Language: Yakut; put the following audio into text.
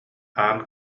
аан